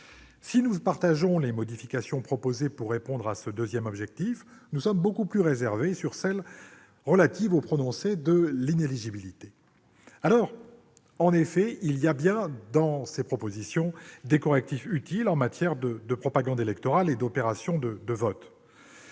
Si nous souscrivons aux modifications proposées pour répondre à ce deuxième objectif, nous sommes beaucoup plus réservés sur celles qui sont relatives au prononcé de l'inéligibilité. Il y a bien, dans ces propositions, des correctifs utiles en matière de propagande électorale et d'opérations de vote.